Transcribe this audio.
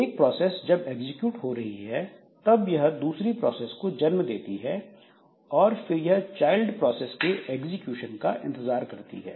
एक प्रोसेस जब एग्जीक्यूट हो रही है तब यह दूसरी प्रोसेस को जन्म देती है और फिर यह चाइल्ड प्रोसेस के एग्जीक्यूशन का इंतजार करती है